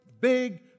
big